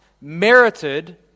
merited